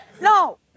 No